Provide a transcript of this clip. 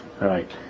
right